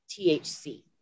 THC